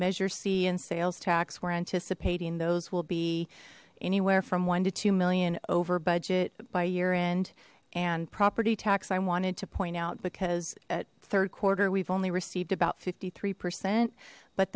measure c and sales tax we're anticipating those will be anywhere from one to two million over budget by year end and property tax i wanted to point out because at third quarter we've only received about fifty three percent but